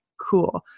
cool